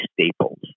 staples